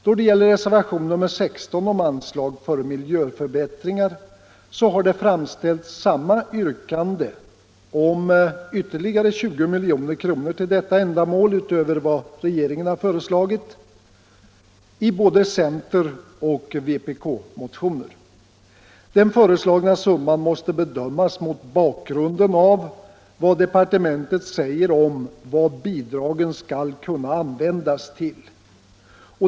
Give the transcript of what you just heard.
Då det gäller reservation nr 16 om anslag för miljöförbättringar har det framställts samma yrkande, på ytterligare 20 milj.kr. till detta ändamål utöver vad regeringen föreslagit, i både centeroch vpk-motioner. Den föreslagna summan måste bedömas mot bakgrunden av vad departementet säger att bidragen skall kunna användas till.